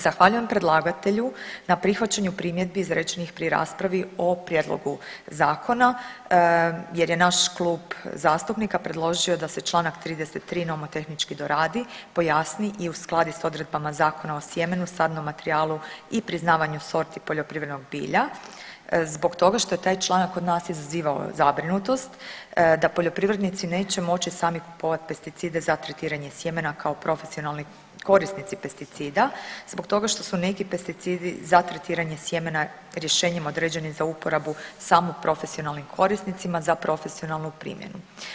Zahvaljujem predlagatelju na prihvaćanju primjedbi izrečenih pri raspravi o Prijedlogu zakona jer je naš klub zastupnika predložio da se članak 33. nomotehnički doradi, pojasni i uskladi s odredbama Zakona o sjemenu, sadnom materijalu i priznavanju sorti poljoprivrednog bilja zbog toga što je taj članak kod nas izazivao zabrinutost da poljoprivrednici neće moći sami kupovati pesticide za tretiranje sjemena kao profesionalni korisnici pesticida zbog toga što su neki pesticidi za tretiranje sjemena rješenjem određeni za uporabu samo profesionalnim korisnicima za profesionalnu primjenu.